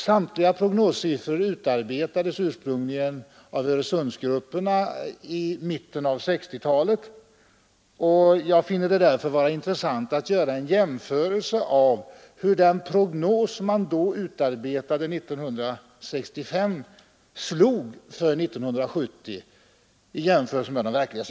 Samtliga prognossiffror utarbetades ursprungligen av Öresundsgrupperna i mitten av 1960-talet, och jag finner det därför intressant att undersöka hur den prognos som utarbetades 1965 slog i jämförelse med de verkliga siffrorna för 1970.